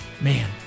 Man